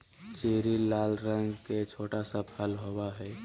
cherry लाल रंग के छोटा सा फल होबो हइ